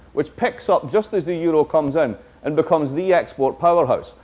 which picks up just as the euro comes in and becomes the export powerhouse.